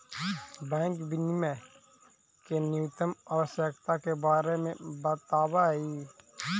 bank विनियमन के न्यूनतम आवश्यकता के बारे में बतावऽ